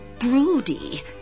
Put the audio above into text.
broody